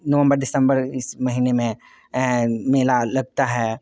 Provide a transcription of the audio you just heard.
नवम्बर दिसम्बर इस महीने में मेला लगता है